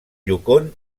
yukon